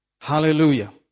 Hallelujah